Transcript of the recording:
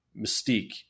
Mystique